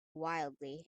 wildly